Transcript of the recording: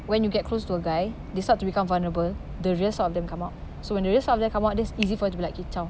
when you get close to a guy they start to become vulnerable the real side of them come out so when the real side of them come out that's easy for them to be like K chao